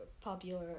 popular